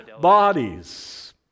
bodies